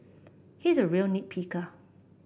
he is a real nit picker